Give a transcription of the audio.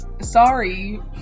sorry